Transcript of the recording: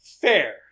Fair